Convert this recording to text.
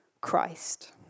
Christ